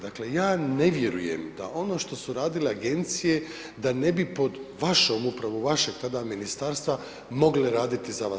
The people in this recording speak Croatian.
Dakle, ja ne vjerujem da ono što su radile agencije da ne bi pod vašom upravo vašeg tada ministarstva mogli raditi za vas.